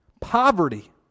Poverty